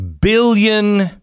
billion